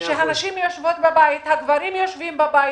כשהנשים יושבות בבית, הגברים יושבים בבית.